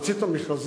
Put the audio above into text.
הוציא את המכרזים?